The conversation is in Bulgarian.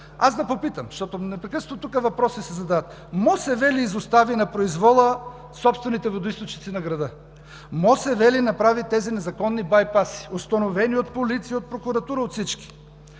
Аз да попитам, защото непрекъснато тук се задават въпроси, МОСВ ли изостави на произвола собствените водоизточници на града? МОСВ ли направи тези незаконни байпаси, установени от Полиция, от Прокуратура, от всички?